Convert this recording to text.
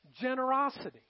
generosity